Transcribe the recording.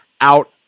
out